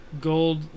Gold